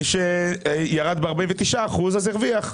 מי שירד ב-49 אחוזים, הרוויח.